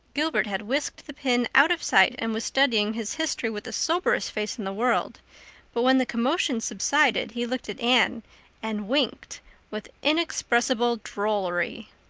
gilbert had whisked the pin out of sight and was studying his history with the soberest face in the world but when the commotion subsided he looked at anne and winked with inexpressible drollery.